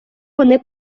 вони